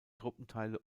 truppenteile